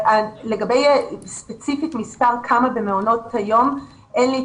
מדובר במחיר נפשי, בריאותי, מצב של "להיות ולא